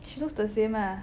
she looks the same mah